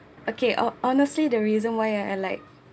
okay o~ honestly the reason why I are like